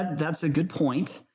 that's a good point.